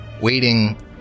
waiting